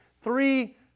three